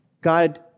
God